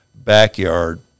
backyard